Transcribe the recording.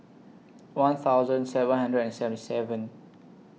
one thousand seven hundred and seventy seven